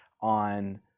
on